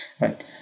right